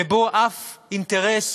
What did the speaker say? שבו אף אינטרס